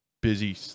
busy